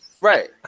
Right